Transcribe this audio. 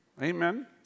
Amen